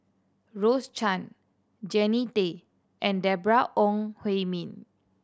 Rose Chan Jannie Tay and Deborah Ong Hui Min